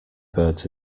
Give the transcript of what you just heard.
birds